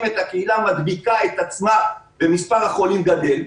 את הקהילה מדביקה את עצמה ומספר החולים גדל,